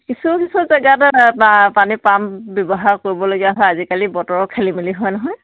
কিছু কিছু জেগাত পানী পাম্প ব্যৱহাৰ কৰিবলগীয়া হয় আজিকালি বতৰৰ খেলি মেলি হয় নহয়